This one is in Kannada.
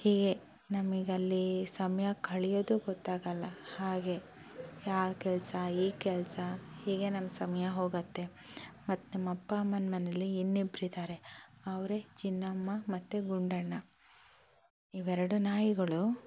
ಹೀಗೆ ನಮಗಲ್ಲಿ ಸಮಯ ಕಳೆಯೋದು ಗೊತ್ತಾಗಲ್ಲ ಹಾಗೆ ಆ ಕೆಲಸ ಈ ಕೆಲಸ ಹೀಗೆ ನಮ್ಮ ಸಮಯ ಹೋಗತ್ತೆ ಮತ್ತು ನಮ್ಮ ಅಪ್ಪ ಅಮ್ಮನ ಮನೆಯಲ್ಲಿ ಇನ್ನಿಬ್ರಿದ್ದಾರೆ ಅವರೇ ಚಿನ್ನಮ್ಮ ಮತ್ತು ಗುಂಡಣ್ಣ ಇವೆರಡು ನಾಯಿಗಳು